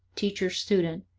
teacher, student,